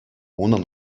унӑн